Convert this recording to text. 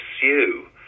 pursue